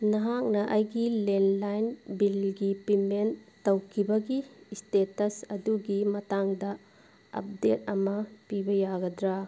ꯅꯍꯥꯛꯅ ꯑꯩꯒꯤ ꯂꯦꯟꯗꯂꯥꯏꯟ ꯕꯤꯜꯒꯤ ꯄꯦꯃꯦꯟ ꯇꯧꯈꯤꯕꯒꯤ ꯏꯁꯇꯦꯇꯁ ꯑꯗꯨꯒꯤ ꯃꯇꯥꯡꯗ ꯑꯞꯗꯦꯗ ꯑꯃ ꯄꯤꯕ ꯌꯥꯒꯗ꯭ꯔꯥ